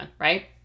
right